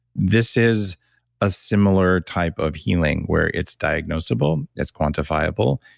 this is a similar type of healing. where it's diagnosable, it's quantifiable,